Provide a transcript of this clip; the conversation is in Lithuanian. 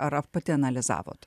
ar pati analizavot